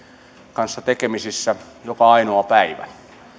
kanssa tekemisissä joka ainoa päivä me